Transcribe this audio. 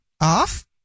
off